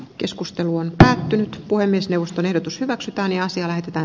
keskustelu on päättynyt puhemiesneuvoston ehdotus hyväksytään ja asiaan on